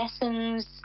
lessons